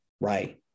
right